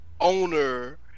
Owner